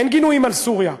אין גינויים על סוריה,